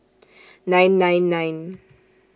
nine nine nine